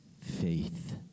faith